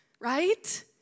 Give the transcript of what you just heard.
Right